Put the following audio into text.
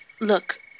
Look